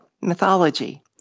mythology